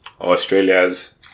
Australia's